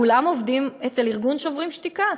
כולם עובדים אצל ארגון "שוברים שתיקה".